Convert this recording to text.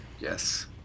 Yes